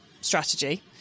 strategy